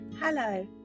Hello